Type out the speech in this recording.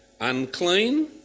unclean